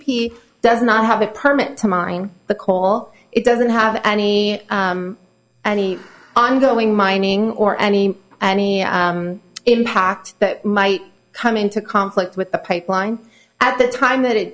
p does not have a permit to mine the core it doesn't have any any ongoing mining or any any impact that might come into conflict with the pipeline at the time that it